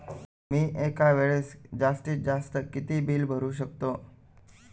मी एका वेळेस जास्तीत जास्त किती बिल भरू शकतो?